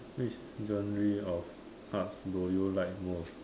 which genre of Arts do you like most